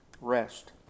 Rest